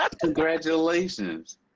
Congratulations